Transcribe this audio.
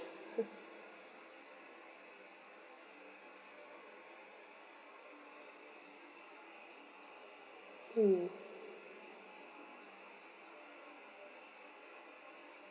mm